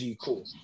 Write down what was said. Cool